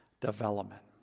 development